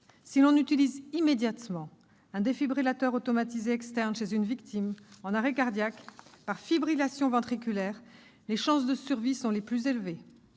Si l'on utilise immédiatement un défibrillateur automatisé externe chez une victime en arrêt cardiaque par fibrillation ventriculaire, les chances de survie sont les plus élevées.